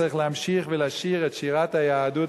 צריך להמשיך ולשיר את שירת היהדות,